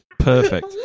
Perfect